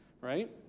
right